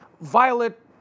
violet